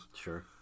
sure